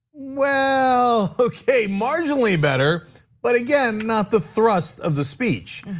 well, okay, marginally better but, again, not the thrust of the speech.